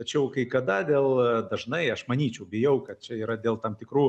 tačiau kai kada dėl dažnai aš manyčiau bijau kad čia yra dėl tam tikrų